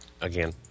Again